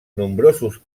nombrosos